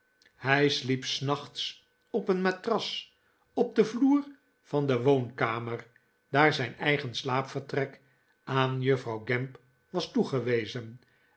hij sliep s nachts op een matras op den vloer van de woonkamer daar zijn eigen slaapvertrek aan juffrouw gamp was toegewezen